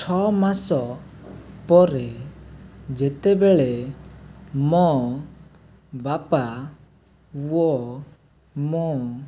ଛଅ ମାସ ପରେ ଯେତେବେଳେ ମୋ ବାପା ଓ ମୋ